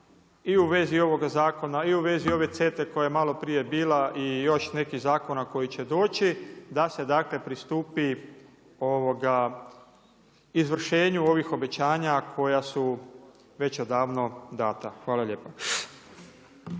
i u vezi ovoga zakona i u vezi ove CETA-e koja je malo prije bila i još nekih zakona koji će doći da se dakle pristupi izvršenju ovih obećanja koja su već odavno dana. Hvala lijepa.